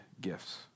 gifts